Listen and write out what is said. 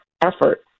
effort